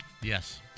Yes